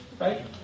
Right